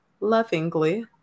lovingly